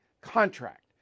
contract